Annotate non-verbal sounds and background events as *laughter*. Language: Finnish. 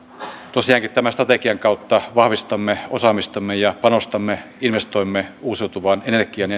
tosiaankin tämän strategian kautta vahvistamme osaamistamme ja panostamme investoimme uusiutuvaan energiaan *unintelligible*